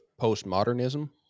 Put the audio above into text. postmodernism